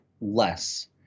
less